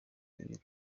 iri